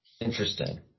Interesting